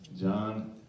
John